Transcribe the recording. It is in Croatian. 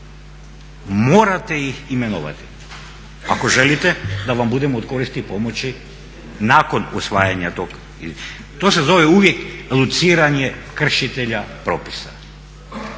Morate ih imenovati ako želite da vam budem od koristi, pomoći nakon usvajanja tog. To se zove uvijek lociranje kršitelja propisa.